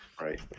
Right